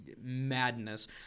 madness